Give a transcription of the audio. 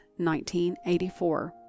1984